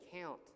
count